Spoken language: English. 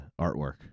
artwork